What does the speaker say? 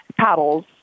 paddles